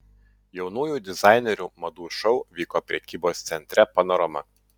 jaunųjų dizainerių madų šou vyko prekybos centre panorama